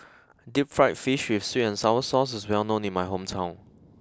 Deep Fried Fish with Sweet and Sour Sauce is well known in my hometown